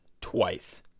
twice